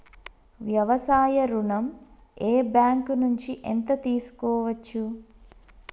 వ్యవసాయ ఋణం ఏ బ్యాంక్ నుంచి ఎంత తీసుకోవచ్చు?